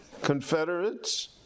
confederates